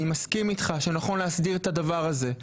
אני מסכים איתך שה נכון להסדיר את הדבר הזה,